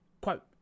quote